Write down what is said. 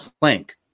plank